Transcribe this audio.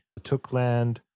Tookland